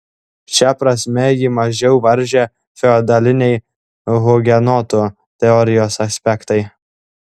šia prasme jį mažiau varžė feodaliniai hugenotų teorijos aspektai